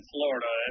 Florida